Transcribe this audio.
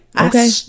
Okay